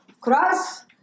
Cross